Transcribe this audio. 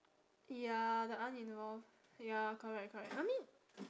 ya the uninvolved ya correct correct I mean